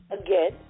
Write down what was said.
again